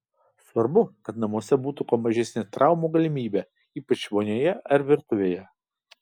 svarbu kad namuose būtų kuo mažesnė traumų galimybė ypač vonioje ar virtuvėje